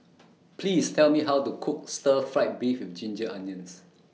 Please Tell Me How to Cook Stir Fried Beef with Ginger Onions